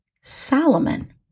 Solomon